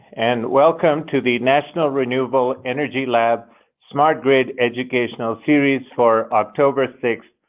and welcome to the national renewable energy lab's smart grid educational series for october six,